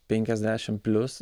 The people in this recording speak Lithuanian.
penkiasdešim plius